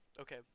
Okay